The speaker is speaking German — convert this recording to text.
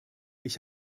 ich